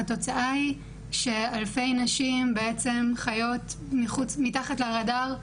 התוצאה היא שאלפי נשים חיות מתחת לרדאר,